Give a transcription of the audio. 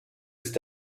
ist